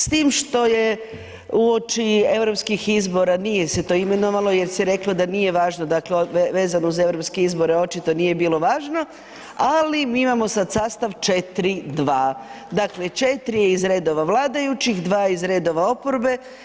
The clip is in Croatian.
S tim što je uoči europskih izbora, nije se to imenovalo jer se reklo da nije važno dakle, vezano uz europske izbore očito nije bilo važno, ali mi imamo sad sastav 4-2. Dakle, 4 je iz redova vladajućih, 2 iz redova oporbe.